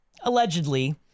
allegedly